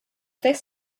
this